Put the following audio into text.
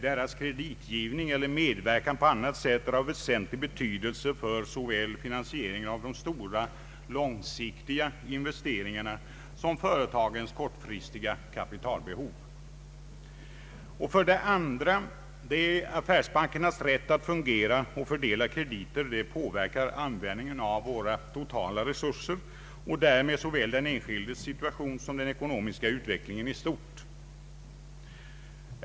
Deras kreditgivning eller medverkan på annat sätt är av väsentlig betydelse för såväl finansieringen av de stora, långsiktiga investeringarna som för företagens kortfristiga kapitalbehov. Vidare anges att affärsbankernas rätt att fungera och fördela krediter påverkar användningen av våra totala resurser och därmed såväl den enskildes situation som den ekonomiska utvecklingen i stort.